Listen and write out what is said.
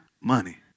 money